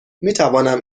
میتوانم